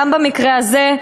גם במקרה הזה,